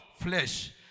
flesh